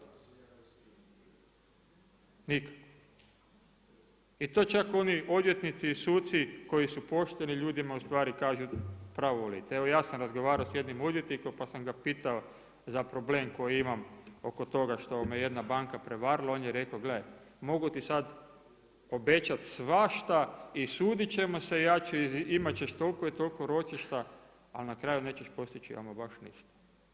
I to čak oni odvjetnici i suci koji su pošteni ljudima ustvari kažu pravo lice, evo ja sam razgovarao s jednim odvjetnikom, pa sam ga pitao za problem koji imam oko toga što me jedna banka prevarila, on je rekao gledaj, mogu ti sad obećat svašta i sudit ćemo se, imat ćeš toliko i toliko ročišta a na kraju nećeš postići ama baš ništa.